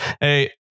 Hey